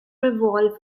evolve